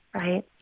right